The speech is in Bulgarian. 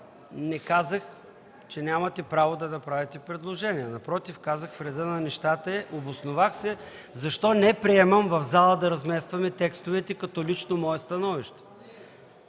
не казах, че нямате право да направите предложение. Напротив, казах, че е в реда на нещата, обосновах се защо не приемам в зала да разместваме текстовете, като лично мое становище.